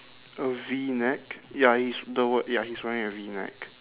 a V neck ya he's the w~ ya he's wearing a V neck